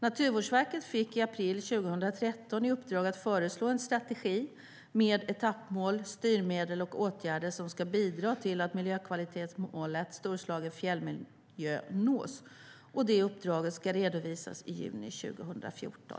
Naturvårdsverket fick i april 2013 i uppdrag att föreslå en strategi med etappmål, styrmedel och åtgärder som ska bidra till att miljökvalitetsmålet Storslagen fjällmiljö nås. Det uppdraget ska redovisas i juni 2014.